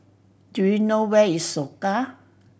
do you know where is Soka